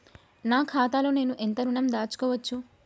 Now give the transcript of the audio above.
నా ఖాతాలో నేను ఎంత ఋణం దాచుకోవచ్చు?